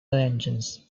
engines